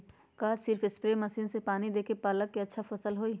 का सिर्फ spray machine से पानी देके पालक के अच्छा फसल होई?